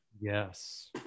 Yes